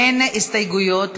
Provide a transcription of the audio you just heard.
אין הסתייגויות.